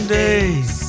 days